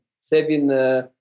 saving